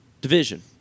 division